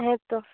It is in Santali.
ᱛᱳ